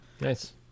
nice